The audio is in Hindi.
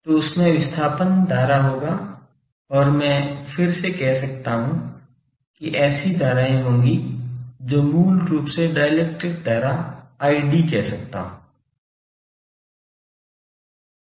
तो उसमें विस्थापन धारा होगा और मैं फिर से कह सकता हूं कि ऐसी धाराएं होंगी जो मूल रूप से डाइलेक्ट्रिक धारा id कह सकता हूं